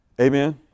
Amen